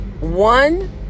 one